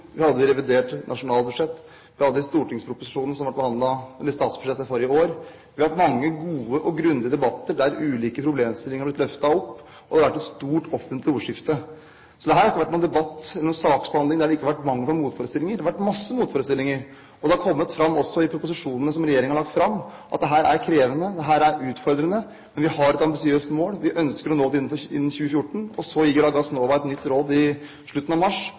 vi hadde det i revidert nasjonalbudsjett, og vi hadde det i statsbudsjettet forrige år. Vi har hatt mange gode og grundige debatter der ulike problemstillinger er blitt løftet opp, og det har vært et stort offentlig ordskifte. Så dette har ikke vært noen debatt eller noen saksbehandling der det har vært mangel på motforestillinger. Det har vært masse motforestillinger, og det har kommet fram også i proposisjonene som regjeringen har lagt fram, at dette er krevende, at dette er utfordrende, men at vi har et ambisiøst mål og ønsker å nå det innen 2014. Så gir da Gassnova et nytt råd i slutten av mars,